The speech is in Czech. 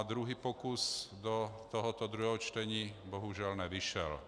Druhý pokus do tohoto druhého čtení bohužel nevyšel.